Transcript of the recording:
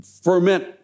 ferment